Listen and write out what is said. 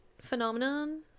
phenomenon